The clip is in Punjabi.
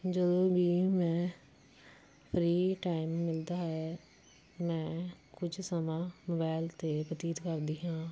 ਜਦੋਂ ਵੀ ਮੈਂ ਫ੍ਰੀ ਟਾਈਮ ਮਿਲਦਾ ਹੈ ਮੈਂ ਕੁਝ ਸਮਾਂ ਮਬੈਲ 'ਤੇ ਬਤੀਤ ਕਰਦੀ ਹਾਂ